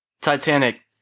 titanic